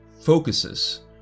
focuses